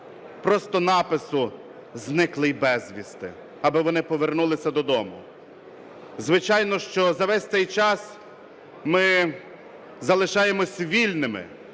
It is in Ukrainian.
просто напису "зниклий безвісти", аби вони повернулися додому. Звичайно, що за весь цей час ми залишаємось вільними